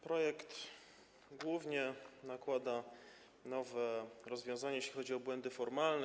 Projekt głównie nakłada nowe rozwiązanie, jeśli chodzi o błędy formalne.